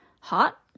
hot